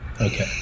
Okay